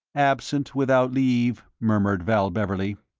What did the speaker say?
absent without leave, murmured val beverley.